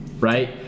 right